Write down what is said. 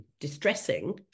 distressing